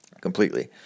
completely